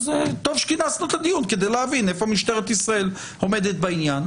טוב שכינסנו את הדיון כדי להבין איפה משטרת ישראל עומדת בעניין.